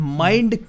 mind